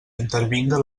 intervinga